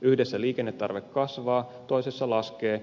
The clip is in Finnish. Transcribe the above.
yhdessä liikennetarve kasvaa toisessa laskee